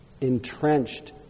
entrenched